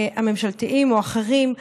הממשלתיים או האחרים.